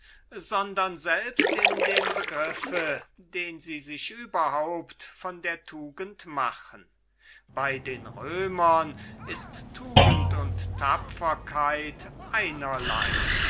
sondern selbst in dem begriff den sie sich überhaupt von der tugend machen bei den römern ist tugend und tapferkeit einerlei